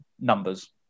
numbers